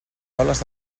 boles